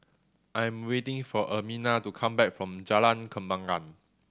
I am waiting for Ermina to come back from Jalan Kembangan